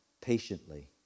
patiently